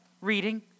reading